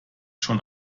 schon